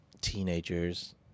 teenagers